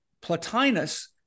Plotinus